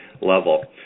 level